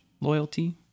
loyalty